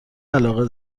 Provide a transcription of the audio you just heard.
علاقه